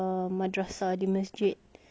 semua sekarang online